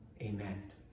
Amen